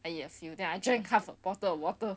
I eat a few then I drank half a bottle of water